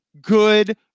good